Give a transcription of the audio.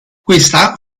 questa